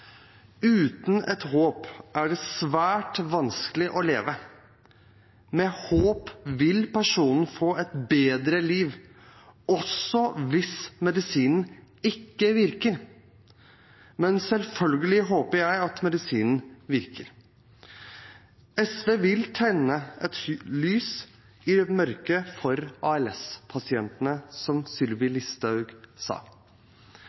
Uten et håp er det svært vanskelig å leve. Med håp vil personen få et bedre liv – også hvis medisinen ikke virker. Men selvfølgelig håper jeg at medisinen virker. SV vil tenne et lys i mørket for ALS-pasientene, som Sylvi Listhaug sa.